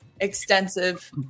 extensive